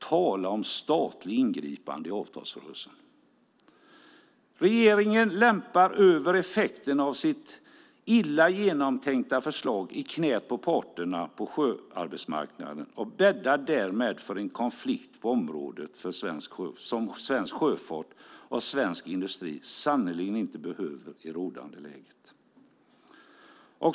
Tala om statligt ingripande i en avtalsrörelse! Regeringen lämpar över effekterna av sitt illa genomtänkta förslag i knäet på parterna på sjöarbetsmarknaden och bäddar därmed för en konflikt på området som svensk sjöfart och svensk industri sannerligen inte behöver i det rådande läget.